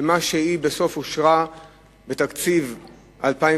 אינו דומה למה שבסוף אושר בתקציב 2009,